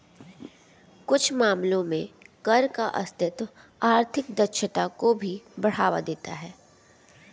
कुछ मामलों में कर का अस्तित्व आर्थिक दक्षता को भी बढ़ावा देता है